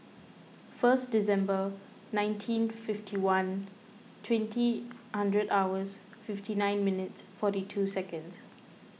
first December nineteen fifty one twenty andred hours fifty nine minutes forty two seconds